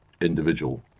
individual